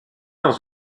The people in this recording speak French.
dans